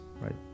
right